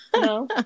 No